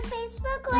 Facebook